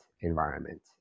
environment